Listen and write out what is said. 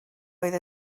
oedd